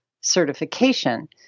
certification